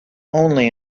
only